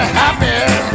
happy